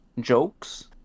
jokes